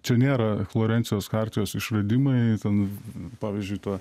čia nėra florencijos chartijos išradimai ten pavyzdžiui ta